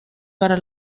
para